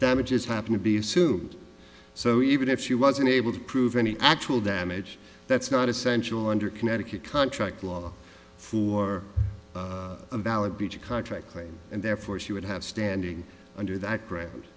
damages happen to be assumed so even if she was unable to prove any actual damage that's not essential under connecticut contract law for a valid b g contract and therefore she would have standing under that gra